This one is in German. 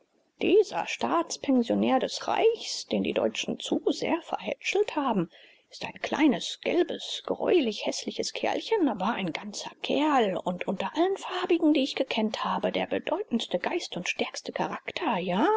dieser staatspensionär des reichs den die deutschen zu sehr verhätschelt haben ist ein kleines gelbes greulich häßliches kerlchen aber ein ganzer kerl und unter allen farbigen die ich gekannt habe der bedeutendste geist und stärkste charakter ja